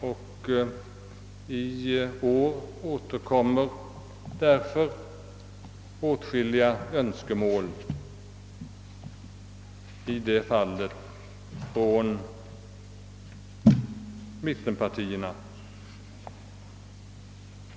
och i år återkommer därför åtskilliga av mittenpartiernas önskemål.